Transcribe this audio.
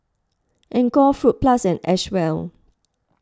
Anchor Fruit Plus and Acwell